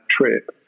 trip